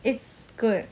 it's good